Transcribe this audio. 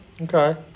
Okay